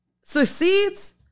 succeeds